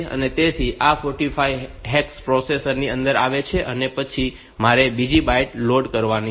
તેથી આ 45 hex processor ની અંદર આવે છે અને પછી મારે બીજી બાઈટ લોડ કરવાની છે